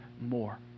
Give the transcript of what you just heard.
more